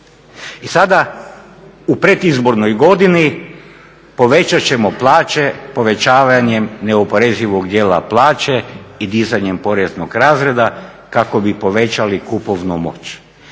I sada u predizbornoj godini povećat ćemo plaće povećavanje neoporezivog dijela plaće i dizanjem poreznog razreda kako bi povećali kupovnu moć.